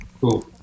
Cool